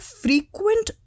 frequent